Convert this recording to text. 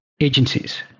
Agencies